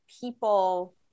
people